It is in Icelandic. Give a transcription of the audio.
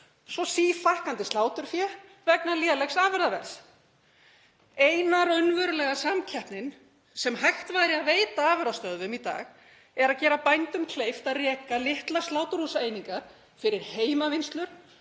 svo sífækkandi sláturfé vegna lélegs afurðaverðs. Eina raunverulega samkeppnin sem hægt væri að veita afurðastöðvum í dag er að gera bændum kleift að reka litlar sláturhúsaeiningar fyrir heimavinnslu